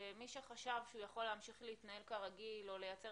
שמי שחשב שהוא יכול להמשיך להתנהל כרגיל או לייצר